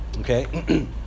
Okay